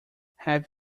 have